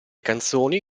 canzoni